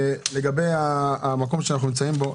לגבי המקום שאנחנו נמצאים בו,